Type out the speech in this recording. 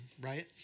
right